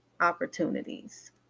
opportunities